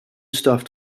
stuff